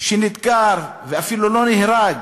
שנדקר ואפילו לא נהרג,